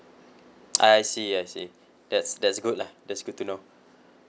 I see I see that's that's good lah that's good to know